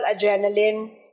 adrenaline